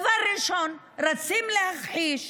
דבר ראשון רצים להכחיש